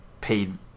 paid